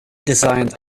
designed